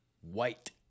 white